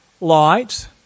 light